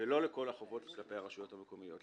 ולא לכל החובות כלפי הרשויות המקומיות.